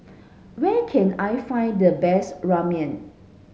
where can I find the best Ramen